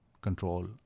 control